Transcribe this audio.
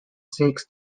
seeks